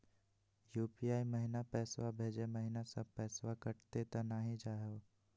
UPI महिना पैसवा भेजै महिना सब पैसवा कटी त नै जाही हो?